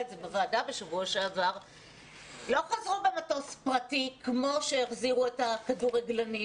לא חזרו במטוס פרטי כמו שהחזירו את הכדורגלנים